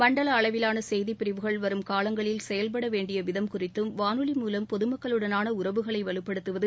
மண்டல அளவிலான செய்திப் பிரிவுகள் வரும் காலங்களில் செயல்பட வேண்டிய விதம் குறித்தும் வானொலி மூலம் பொதுமக்களுடனான உறவுகளை வலுப்படுத்துவது